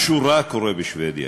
משהו רע קורה בשבדיה.